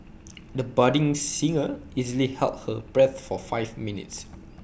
the budding singer easily held her breath for five minutes